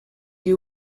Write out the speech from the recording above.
you